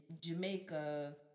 Jamaica